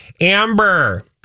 Amber